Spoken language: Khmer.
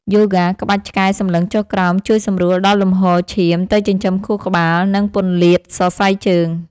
យូហ្គាក្បាច់ឆ្កែសម្លឹងចុះក្រោម ជួយសម្រួលដល់លំហូរឈាមទៅចិញ្ចឹមខួរក្បាល និងពន្លាតសរសៃជើង។